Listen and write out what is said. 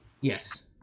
Yes